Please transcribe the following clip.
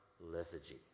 lethargy